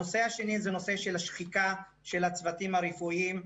הנושא השני הוא הנושא השחיקה של הצוותים הרפואיים.